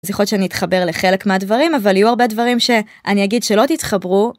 אז יכול להיות שאני אתחבר לחלק מהדברים אבל יהיו הרבה דברים שאני אגיד שלא תתחברו.